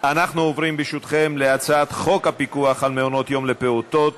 אנחנו עוברים להצעת חוק הפיקוח על מעונות-יום לפעוטות,